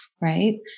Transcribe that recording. Right